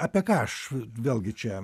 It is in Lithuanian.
apie ką aš vėlgi čia